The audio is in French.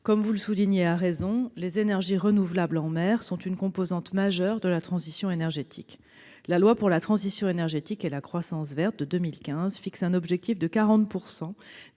comme vous le soulignez à raison, les énergies renouvelables en mer sont une composante majeure de la transition énergétique. La loi de 2015 pour la transition énergétique et la croissance verte fixe un objectif de 40